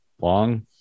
Long